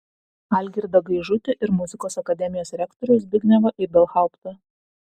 algirdą gaižutį ir muzikos akademijos rektorių zbignevą ibelhauptą